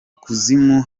kuzimu